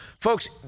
folks